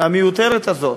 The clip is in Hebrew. המיותרת הזאת,